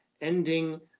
ending